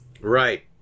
Right